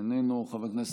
איננו, חבר כנסת,